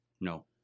No